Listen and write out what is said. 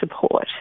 support